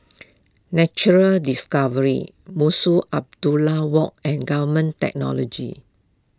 Natural Discovery Munshi Abdullah Walk and Government Technology